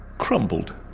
crumbled.